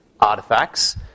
artifacts